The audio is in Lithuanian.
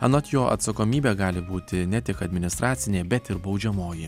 anot jo atsakomybė gali būti ne tik administracinė bet ir baudžiamoji